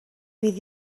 bydd